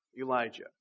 Elijah